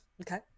Okay